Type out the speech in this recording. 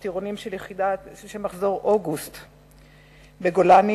בטירונים של מחזור אוגוסט בגולני.